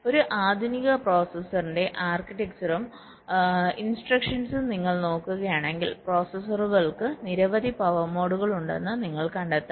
ഒരു ആധുനിക പ്രൊസസറിന്റെ processor ആർക്കിടെക്ചറും ഇൻസ്ട്രക്ഷൻസും നിങ്ങൾ നോക്കുകയാണെങ്കിൽ പ്രോസസ്സറുകൾക്ക് നിരവധി പവർ മോഡുകൾ ഉണ്ടെന്ന് നിങ്ങൾ കണ്ടെത്തും